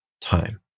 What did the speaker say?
time